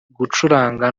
gucuranga